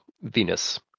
Venus